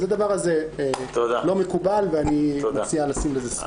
אז הדבר הזה לא מקובל ואני מציע לשים לזה סוף.